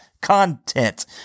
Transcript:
content